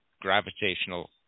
gravitational